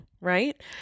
right